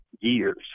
years